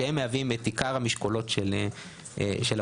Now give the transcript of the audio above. שמהווים את עיקר המשקולות של המודל,